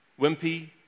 wimpy